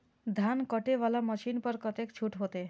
धान कटे वाला मशीन पर कतेक छूट होते?